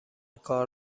کار